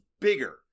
bigger